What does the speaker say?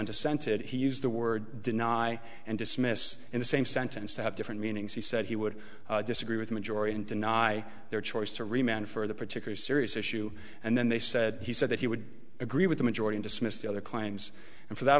dissented he used the word deny and dismiss in the same sentence to have different meanings he said he would disagree with majority and deny their choice to remain for the particular serious issue and then they said he said that he would agree with the majority dismiss the other claims and for that